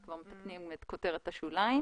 כבר מתקנים את כותרת השוליים.